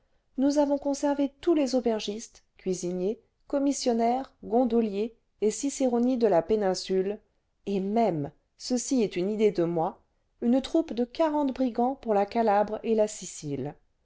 nous avons conservé tous les aubergistes cuisiniers commissionnaires gondoliers et ciceroni de la péninsule et même ceci est une idée de moi une troupe de quarante brigands pour la calabre et la sicile